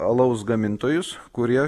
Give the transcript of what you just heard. alaus gamintojus kurie